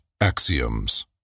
Axioms